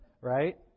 Right